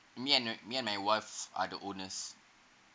me and~ me and my wife are the owners